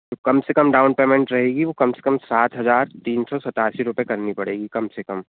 कम से कम down payment रहेगी वो कम से कम सात हज़ार तीन सौ सतासी रुपये करनी पड़ेगी कम से कम